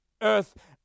earth